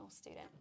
student